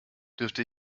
dürfte